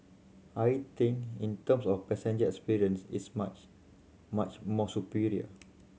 I think in terms of the passengers experience it's much much more superior